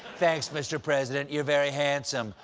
thanks, mr. president. you're very handsome.